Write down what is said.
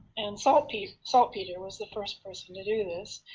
and salpeter salpeter was the first person to do this,